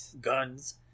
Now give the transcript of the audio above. Guns